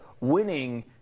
winning